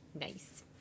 Nice